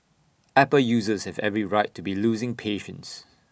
Apple users have every right to be losing patience